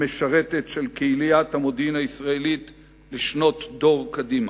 המשרתת את קהילת המודיעין הישראלית לשנות דור קדימה.